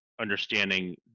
understanding